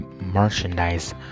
merchandise